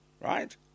Right